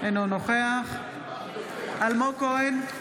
אינו נוכח אלמוג כהן,